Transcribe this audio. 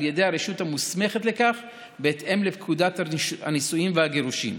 ידי הרשות המוסמכת לכך בהתאם לפקודת הנישואין והגירושין,